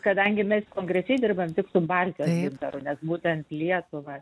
kadangi mes konkrečiai dirbam tik su baltijos gintaru nes būtent lietuvą